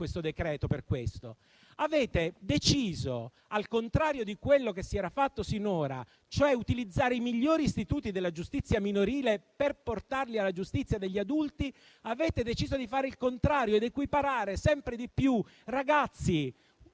Avete deciso, al contrario di quello che si era fatto sinora cioè utilizzare i migliori istituti della giustizia minorile per estenderli alla giustizia degli adulti, di fare il contrario ed equiparare sempre di più ragazzi